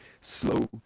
slow